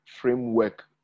framework